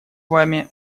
вами